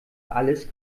alles